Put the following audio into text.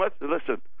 Listen